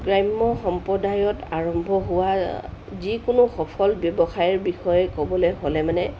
গ্ৰাম্য সম্প্ৰদায়ত আৰম্ভ হোৱা যিকোনো সফল ব্যৱসায়ৰ বিষয়ে ক'বলৈ হ'লে মানে